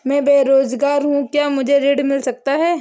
मैं बेरोजगार हूँ क्या मुझे ऋण मिल सकता है?